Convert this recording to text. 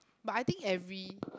but I think every